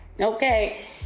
Okay